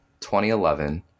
2011